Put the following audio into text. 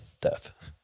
death